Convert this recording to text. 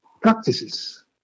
practices